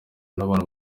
n’abantu